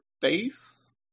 face